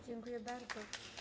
Dziękuję bardzo.